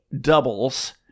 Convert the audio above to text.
doubles